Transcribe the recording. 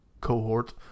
cohort